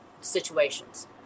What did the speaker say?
situations